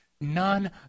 None